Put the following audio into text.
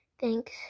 Thanks